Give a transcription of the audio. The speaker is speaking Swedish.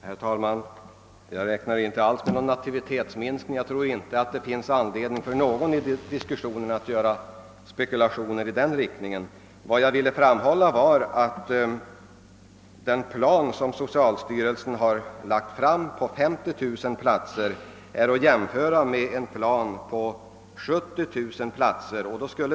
Herr talman! Jag räknar inte alls med någon nativitetsminskning, och jag tror inte att det finns anledning för någon att i denna diskussion göra spekulationer i den riktningen. Vad jag ville framhålla var att den plan på 50 000 platser som socialstyrelsen har lagt fram är att jämföra med en plan på 70 000 platser.